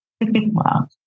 Wow